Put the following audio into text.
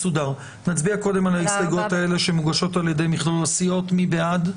נצביע קודם כל ההסתייגות האלה שמוגשות על-ידי מכלול הסיעות: מי בעד?